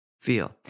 feel